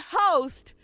host